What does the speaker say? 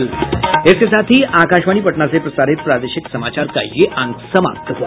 इसके साथ ही आकाशवाणी पटना से प्रसारित प्रादेशिक समाचार का ये अंक समाप्त हुआ